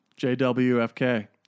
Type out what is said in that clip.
Jwfk